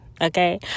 Okay